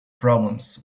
problems